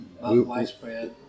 Widespread